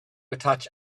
attach